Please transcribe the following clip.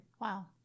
Wow